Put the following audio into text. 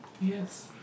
Yes